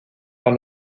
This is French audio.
dans